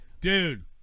dude